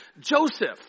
Joseph